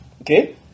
Okay